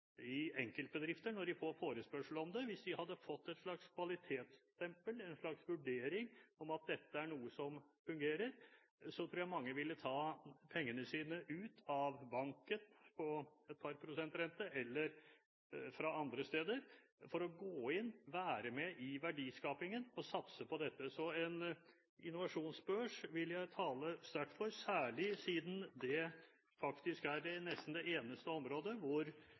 i enkeltbedrifter, hvis de får forespørsler om det. Hvis de hadde fått et slags kvalitetsstempel, en slags vurdering om at dette er noe som fungerer, tror jeg mange ville ta pengene sine ut av banken – hvor de står til et par prosenter rente – eller fra andre steder for å gå inn og være med på verdiskapingen og satse på dette. En innovasjonsbørs vil jeg tale sterkt for, særlig siden det faktisk er nesten det eneste området hvor